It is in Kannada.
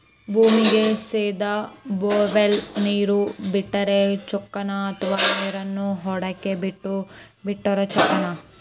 ಭೂಮಿಗೆ ಸೇದಾ ಬೊರ್ವೆಲ್ ನೇರು ಬಿಟ್ಟರೆ ಚೊಕ್ಕನ ಅಥವಾ ನೇರನ್ನು ಹೊಂಡಕ್ಕೆ ಬಿಟ್ಟು ಬಿಟ್ಟರೆ ಚೊಕ್ಕನ?